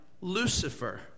Lucifer